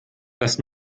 das